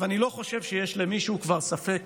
אני לא חושב שיש למישהו ספק